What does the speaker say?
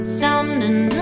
sounding